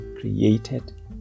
created